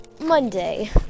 Monday